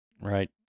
Right